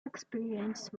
experience